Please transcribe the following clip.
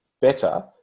better